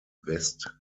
west